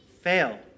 fail